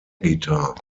guitar